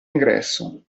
ingresso